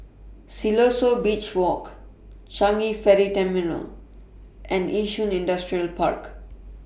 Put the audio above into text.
Siloso Beach Walk Changi Ferry Terminal and Yishun Industrial Park